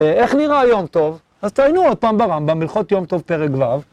איך נראה יום טוב, אז תעיינו עוד פעם ברמב"ם, הלכות יום טוב פרק ו'